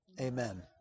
amen